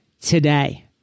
today